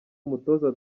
umutoza